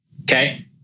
Okay